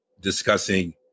discussing